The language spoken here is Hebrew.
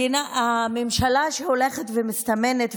הממשלה שהולכת ומסתמנת,